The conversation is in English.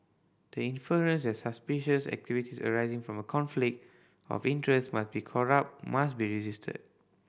the inference that suspicious activities arising from a conflict of interest must be corrupt must be resisted